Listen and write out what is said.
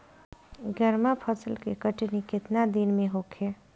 गर्मा फसल के कटनी केतना दिन में होखे?